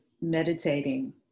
meditating